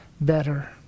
better